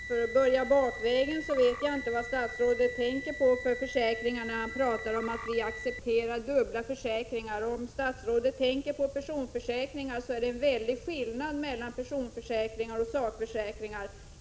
Herr talman! För att börja bakifrån: Jag vet inte vad statsrådet tänker på för försäkringar när han säger att vi accepterar dubbla försäkringar. Om statsrådet tänker på personförsäkringar vill jag påpeka att det är stor skillnad mellan personförsäkringar och sakförsäkringar.